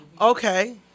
okay